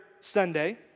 Sunday